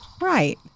Right